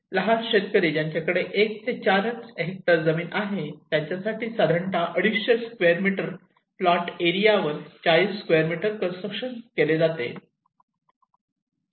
लहान शेतकरी ज्यांच्याकडे 1 ते 4 हेक्टर जमीन आहे त्याच्यासाठी साधारणतः 250 स्क्वेअर मीटर प्लॉट एरिया वर 40 स्क्वेअर मीटर कंस्ट्रक्शन केले जाते